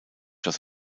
das